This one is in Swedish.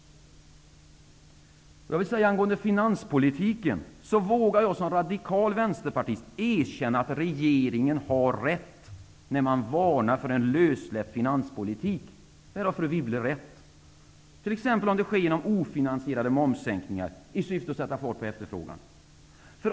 Angående finanspolitiken vågar jag som radikal vänsterpartist erkänna att regeringen har rätt -- här har fru Wibble rätt -- när den varnar för en lössläppt finanspolitik, t.ex. genom ofinansierade momssänkningar i syfte att sätta fart på efterfrågan.